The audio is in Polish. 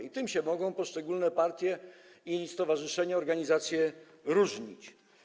I tym się mogą poszczególne partie, stowarzyszenia i organizacje różnić.